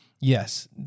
Yes